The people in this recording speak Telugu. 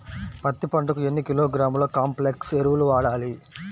పత్తి పంటకు ఎన్ని కిలోగ్రాముల కాంప్లెక్స్ ఎరువులు వాడాలి?